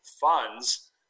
funds –